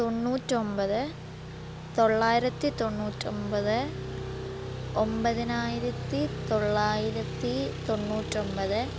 തൊണ്ണൂറ്റൊമ്പത് തൊള്ളായിരത്തി തൊണ്ണൂറ്റൊമ്പത് ഒമ്പതിനായിരത്തി തൊള്ളായിരത്തി തൊണ്ണൂറ്റൊമ്പത്